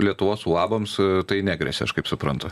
lietuvos uabams tai negresia aš kaip suprantu